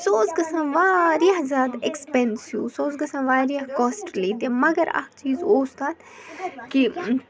سُہ اوس گژھان واریاہ زیادٕ اٮ۪کپٮ۪نسِو سُہ اوس گژھان واریاہ کاسٹٕلی تہِ مگر اَکھ چیٖز اوس تَتھ کہِ